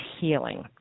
healing